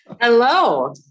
Hello